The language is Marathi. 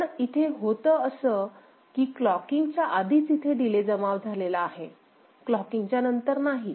पण इथे होतं असं कीक्लॉकिंग च्या आधीच इथे डीले जमा झालेला आहे क्लॉकिंगच्या नंतर नाही